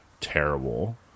terrible